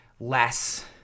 less